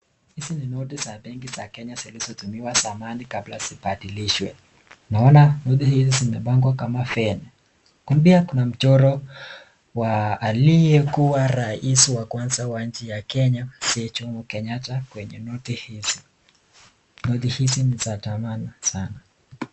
Hizi ni noti za benki za kenya zilizotumiwa zamani kabla zibadilishwe, naona noti hizi zimepangwa kama feni, kulia kuna mchoro wa aliyekuwa rais wa kwanza wa nchi ya kenya mzee Jomo Kenyatta kwenye noti hizi, noti hizi ni za dhamana sana.